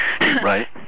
Right